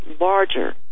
larger